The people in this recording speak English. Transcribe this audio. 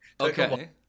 Okay